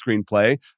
Screenplay